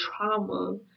trauma